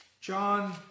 John